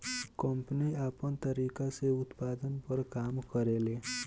company आपन तरीका से उत्पाद पर काम करेले